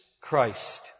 Christ